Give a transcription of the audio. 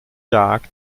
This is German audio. jagd